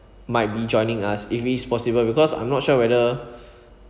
might be joining us if it's possible because I'm not sure whether